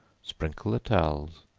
sprinkle the towels,